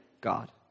God